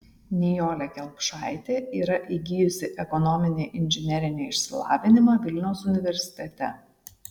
nijolė kelpšaitė yra įgijusi ekonominį inžinerinį išsilavinimą vilniaus universitete